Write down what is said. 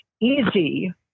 easy